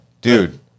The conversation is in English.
dude